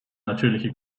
natürliche